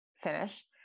finish